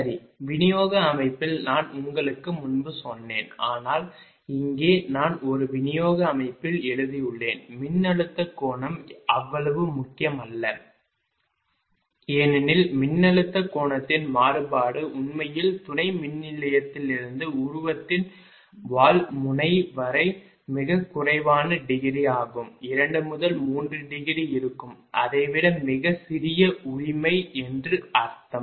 சரி விநியோக அமைப்பில் நான் உங்களுக்கு முன்பே சொன்னேன் ஆனால் இங்கே நான் ஒரு விநியோக அமைப்பில் எழுதியுள்ளேன் மின்னழுத்த கோணம் அவ்வளவு முக்கியமல்ல ஏனெனில் மின்னழுத்த கோணத்தின் மாறுபாடு உண்மையில் துணை மின்நிலையத்திலிருந்து உருவத்தின் வால் முனை வரை மிகக் குறைவான டிகிரி ஆகும் 2 முதல் 3 டிகிரி இருக்கும் அதைவிட மிக சிறிய உரிமை என்று அர்த்தம்